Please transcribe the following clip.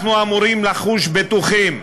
אנחנו אמורים לחוש בטוחים,